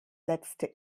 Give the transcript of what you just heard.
letzte